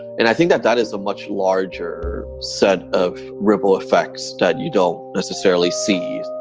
and i think that that is a much larger set of ripple effects that you don't necessarily see